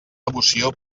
devoció